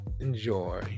enjoy